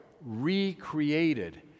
recreated